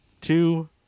two